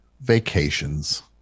vacations